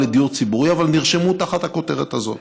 לדיור ציבורי אבל נרשמו תחת הכותרת הזאת.